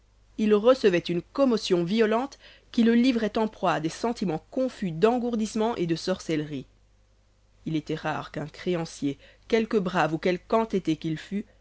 il recevait une commotion violente qui le livrait en proie à des sentimens confus d'engourdissement et de sorcellerie il était rare qu'un créancier quelque brave ou quelqu'entêté qu'il fût